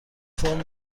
فرم